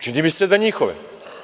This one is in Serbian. Čini mi se da njihove.